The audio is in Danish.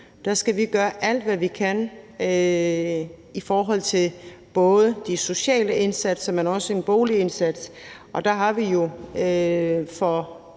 Der skal vi gøre alt, hvad vi kan, i forhold til både de sociale indsatser, men også en boligindsats, og der har vi jo for